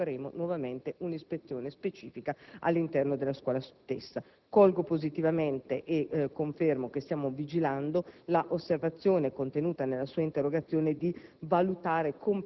comunque, nuovamente un'ispezione specifica all'interno della scuola stessa. Colgo positivamente, e confermo che stiamo vigilando, l'osservazione contenuta nell'interrogazione di